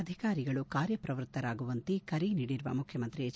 ಅಧಿಕಾರಿಗಳು ಕಾರ್ಯಪ್ರವತ್ತರಾಗುವಂತೆ ಕರೆ ನೀಡಿರುವ ಮುಖ್ಯಮಂತ್ರಿ ಎಚ್